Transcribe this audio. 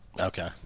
Okay